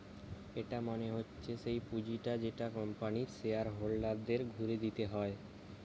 এটা মনে হচ্ছে সেই পুঁজিটা যেটা কোম্পানির শেয়ার হোল্ডারদের ঘুরে দিতে হয়